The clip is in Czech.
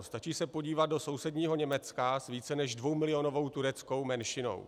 Stačí se podívat do sousedního Německa s více než dvoumilionovou tureckou menšinou.